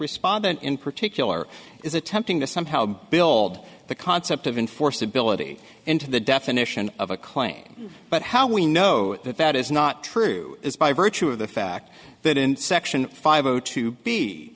respondent in particular is attempting to somehow build the concept of enforceability into the definition of a claim but how we know that that is not true by virtue of the fact that in section five zero to be